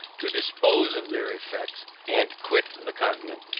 to dispose of their effects, and quit the continent.